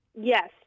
Yes